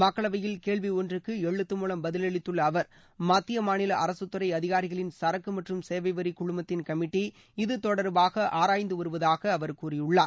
மக்களவையில் கேள்வி ஒன்றுக்கு எழுத்து மூலம் பதிலளித்துள்ள அவர் மத்திய மாநில அரசுத்துறை அதிகாரிகளின் சரக்கு மற்றும் சேவை வரி குழுமத்தின் கமிட்டி இது தொடர்பாக ஆராய்ந்து வருவதாக அவர் கூறியுள்ளார்